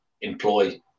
employ